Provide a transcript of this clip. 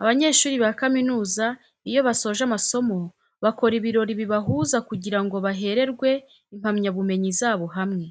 Abanyeshuri ba kaminuza iyo basoje amasomo bakora ibirori bibahuza kugira ngo bahererwe impamyabumenyi zabo hamwe.